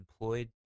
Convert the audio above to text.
employed